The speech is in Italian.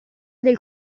del